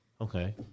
Okay